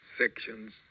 sections